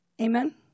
Amen